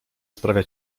sprawia